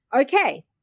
okay